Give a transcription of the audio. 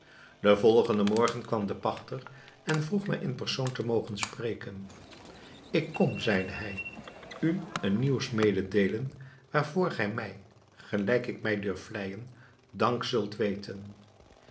den volgenden morgen kwam de pachter en vroeg mij in persoon te mogen spreken ik kom zeide hij u een nieuws mededeelen waarvoor gij mij gelijk ik mij durf vlijen dank zult weten